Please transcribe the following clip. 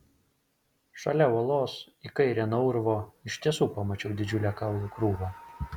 šalia uolos į kairę nuo urvo iš tiesų pamačiau didžiulę kaulų krūvą